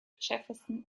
jefferson